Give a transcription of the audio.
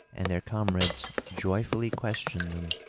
and their comrades joyfully questioned them,